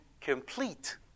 complete